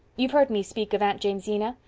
you've heard me speak of aunt jamesina?